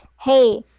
Hey